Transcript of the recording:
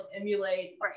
emulate